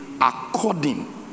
according